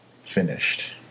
finished